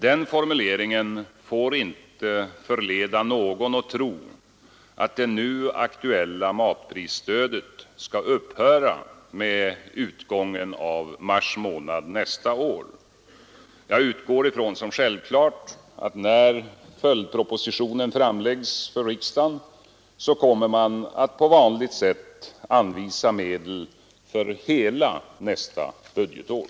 Den formuleringen får inte förleda någon att tro att det nu aktuella matprisstödet skall upphöra med utgången av mars månad nästa år. Jag utgår som självklart från att regeringen när följdpropositionen framläggs för riksdagen kommer att på vanligt sätt anvisa medel för hela nästa budgetår.